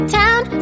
town